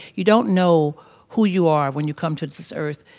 you don't know who you are when you come to this earth,